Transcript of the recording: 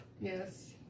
Yes